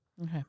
Okay